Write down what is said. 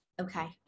Okay